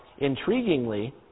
intriguingly